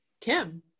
Kim